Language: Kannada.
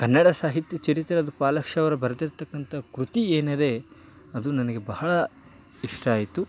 ಕನ್ನಡ ಸಾಹಿತ್ಯ ಚರಿತ್ರೆ ಅದು ಫಾಲಕ್ಷವರು ಬರೆದಿರ್ತಕ್ಕಂತ ಕೃತಿ ಏನಿದೆ ಅದು ನನಗೆ ಬಹಳ ಇಷ್ಟ ಆಯಿತು